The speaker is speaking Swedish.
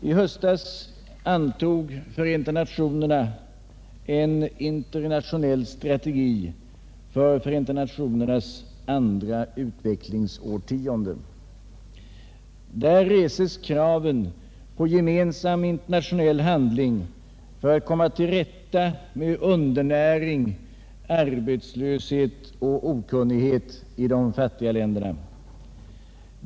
I höstas antog Förenta nationerna en ”internationell strategi för Förenta nationernas andra utvecklingsårtionde”. Där reses krav på gemensam internationell handling för att komma till rätta med undernäring, arbetslöshet och okunnighet i de fattiga länderna.